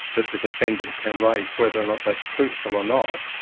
that the defendant can raise, whether or not that's truthful or not,